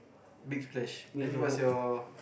big splash then what's your